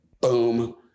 boom